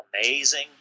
amazing